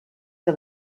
que